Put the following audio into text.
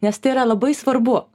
nes tai yra labai svarbu